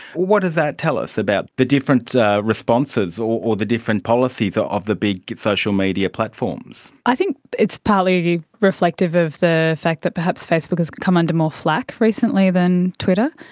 what does that tell us about the different responses or or the different policies of the big social media platforms? i think it's partly reflective of the fact that perhaps facebook has come under more flak recently than twitter.